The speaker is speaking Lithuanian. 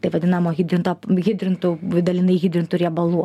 taip vadinamo hidrinto hidrintų dalinai hidrintų riebalų